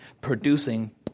producing